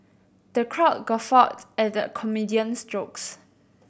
the crowd guffawed at the comedian's jokes